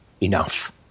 enough